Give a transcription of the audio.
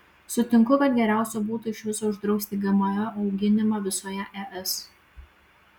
sutinku kad geriausia būtų iš viso uždrausti gmo auginimą visoje es